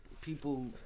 people